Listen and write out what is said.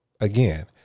again